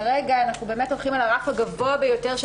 כרגע אנחנו הולכים על הרף הגבוה ביותר של